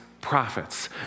prophets